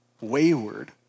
wayward